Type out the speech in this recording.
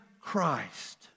Christ